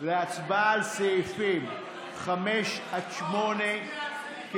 להצבעה על סעיפים 5 8.